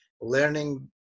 learning